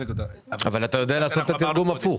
אבל אתה יודע לעשות את התרגום הפוך.